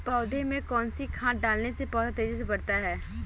पौधे में कौन सी खाद डालने से पौधा तेजी से बढ़ता है?